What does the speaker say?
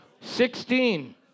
Sixteen